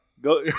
Go